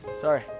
Sorry